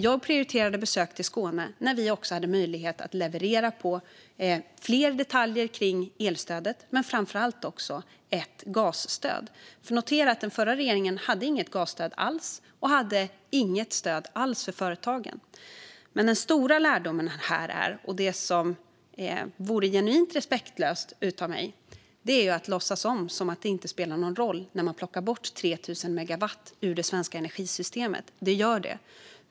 Jag prioriterade besök till Skåne när vi hade möjlighet att leverera på fler detaljer kring elstödet men framför allt också ett gasstöd. För notera det: Den förra regeringen hade inget gasstöd alls och hade inte heller något stöd alls för företagen. Det som skulle vara genuint respektlöst av mig - det är den stora lärdomen här - är att låtsas som att det inte spelar någon roll när man plockar bort 3 000 megawatt ur det svenska energisystemet. Det gör det.